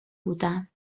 بودم